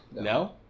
no